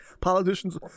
Politicians